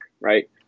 Right